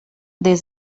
des